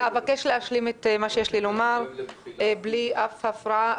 ואני מבקשת להשלים את מה שיש לי לומר בלי אף הפרעה,